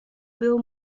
bill